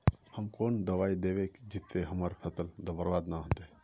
हम कौन दबाइ दैबे जिससे हमर फसल बर्बाद न होते?